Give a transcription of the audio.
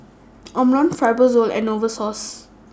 Omron Fibrosol and Novosource